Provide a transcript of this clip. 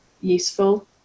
useful